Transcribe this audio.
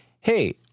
hey